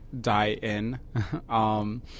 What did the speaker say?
die-in